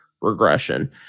regression